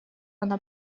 она